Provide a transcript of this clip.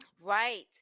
right